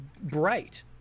Bright